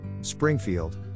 Springfield